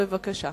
בבקשה.